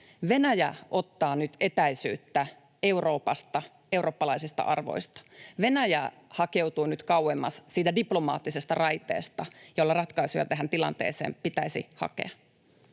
Venäjä ottaa nyt etäisyyttä Euroopasta, eurooppalaisista arvoista. Venäjä hakeutuu nyt kauemmas siitä diplomaattisesta raiteesta, jolla ratkaisuja tähän tilanteeseen pitäisi hakea.